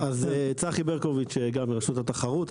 צחי ברקוביץ גם מרשות התחרות,